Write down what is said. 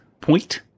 point